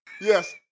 yes